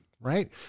right